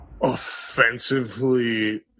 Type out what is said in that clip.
Offensively